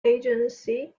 agency